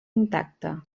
intacte